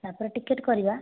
ତା'ପରେ ଟିକେଟ୍ କରିବା